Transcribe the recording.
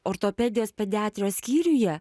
ortopedijos pediatrijos skyriuje